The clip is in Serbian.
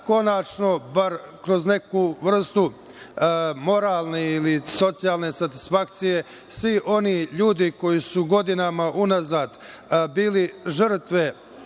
konačno bar kroz neku vrstu moralne ili socijalne satisfakcije svi oni ljudi koji su godinama unazad bili žrtve